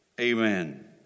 amen